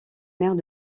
mère